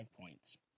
points